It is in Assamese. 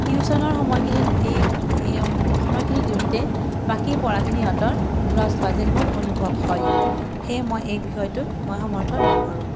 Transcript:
টিউচনৰ সময়খিনিত এই এই সময়খিনি দিওঁতে বাকী পঢ়াখিনি সিহঁতৰ লষ্ট হোৱা যেন মোৰ অনুভৱ হয় সেইয়ে মই এই বিষয়টোত মই সমৰ্থন নকৰোঁ